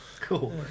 Cool